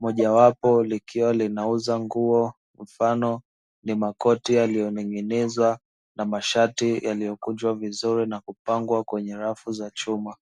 mojawapo likiwa linauza nguo mfano ni makoti yaliyoning'inizwa na mashati yaliokunjwa vizuri na kupangwa kwenye rafu za chuma.